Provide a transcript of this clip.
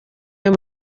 ayo